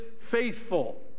faithful